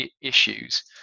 issues